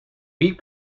beat